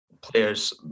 players